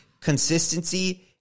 Consistency